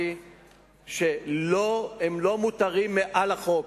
שהם לא מעל החוק,